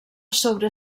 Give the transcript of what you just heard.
sobre